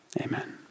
Amen